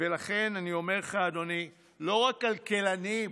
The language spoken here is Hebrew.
ולכן אני אומר לך, אדוני, לא רק כלכלנים,